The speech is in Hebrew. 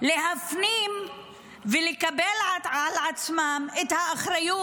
להפנים ולקבל על עצמם את האחריות